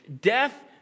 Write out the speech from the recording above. Death